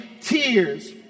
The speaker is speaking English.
tears